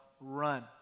run